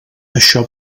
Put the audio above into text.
això